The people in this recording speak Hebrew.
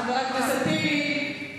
חבר הכנסת טיבי, תודה.